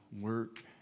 work